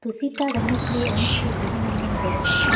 ତୁସିତା ଧନଶ୍ରୀ ଓଁ ଶ୍ରୀ ଗିରୀନନ୍ଦିନୀ ବେଦମତୀ